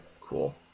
cool